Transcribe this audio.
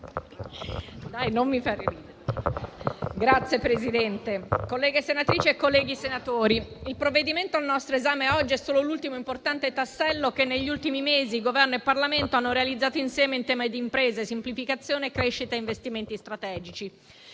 Signor Presidente, colleghe senatrici e colleghi senatori, il provvedimento al nostro esame oggi è solo l'ultimo importante tassello che negli ultimi mesi Governo e Parlamento hanno realizzato insieme in tema di imprese, semplificazione, crescita e investimenti strategici.